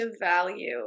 value